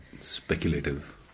Speculative